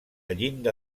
llinda